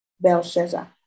Belshazzar